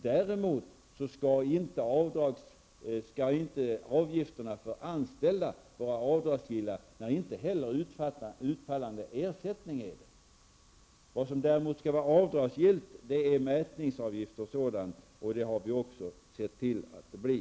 Däremot skall inte avgifterna för anställda vara avdragsgilla när inte heller utfallande ersättning är det. Det som däremot skall vara avdragsgillt är mätningsavgifter och sådant. Det har vi också sett till att de blir.